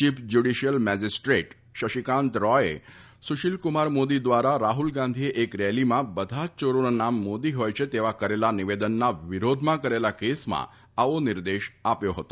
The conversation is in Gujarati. ચીફ જ્યુડીશીયલ મેજીસ્ટ્રેટ શશિકાંત રોયે સુશીલકુમાર મોદી દ્વારા રાહુલ ગાંધીએ એક રેલીમાં બધા જ ચોરોના નામ મોદી હોય છે તેવા કરેલા નિવેદનના વિરોધમાં કરેલા કેસમાં આવો નિર્દેશ આપ્યો હતો